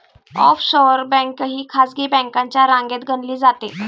offshore bank ही खासगी बँकांच्या रांगेत गणली जाते